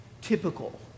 typical